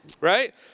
right